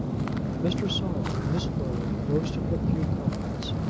mr. saul in his abode boasted but few comforts.